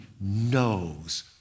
knows